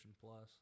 Plus